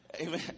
Amen